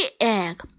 egg